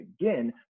again